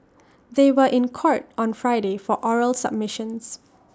they were in court on Friday for oral submissions